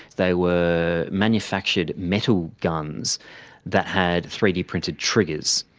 they were manufactured metal guns that had three d printed triggers.